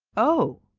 oh,